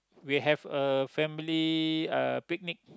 we have a family a uh picnic